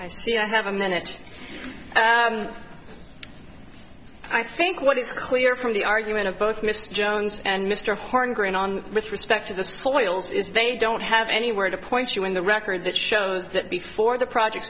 i see i have a minute i think what is clear from the argument of both mr jones and mr horn going on with respect to the soils is they don't have anywhere to point you in the record that shows that before the project